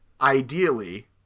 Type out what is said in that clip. ideally